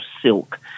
silk